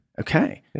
Okay